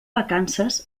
vacances